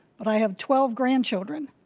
but i have twelve grandchildren.